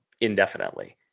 indefinitely